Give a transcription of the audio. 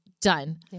done